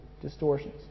distortions